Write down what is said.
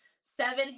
seven